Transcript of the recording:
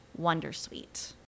wondersuite